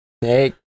Hey